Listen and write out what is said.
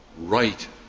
right